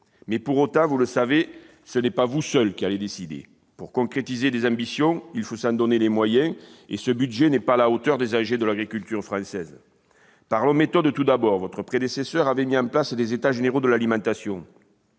Pour autant, vous le savez, ce n'est pas vous seul qui allez décider. Pour concrétiser des ambitions, il faut s'en donner les moyens, et ce budget n'est pas à la hauteur des enjeux de l'agriculture française. Parlons méthode, tout d'abord. Votre prédécesseur avait mis en place les États généraux de l'alimentation.